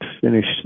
finished